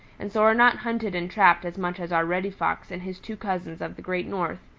and so are not hunted and trapped as much as are reddy fox and his two cousins of the great north,